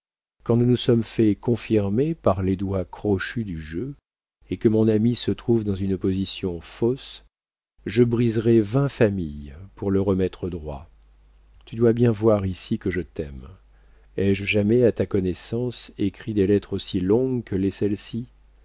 quand nous nous sommes fait confirmer par les doigts crochus du jeu et que mon ami se trouve dans une position fausse je briserai vingt familles pour le remettre droit tu dois bien voir ici que je t'aime ai-je jamais à ta connaissance écrit des lettres aussi longues que l'est celle-ci